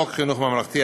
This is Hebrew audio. בחוק חינוך ממלכתי,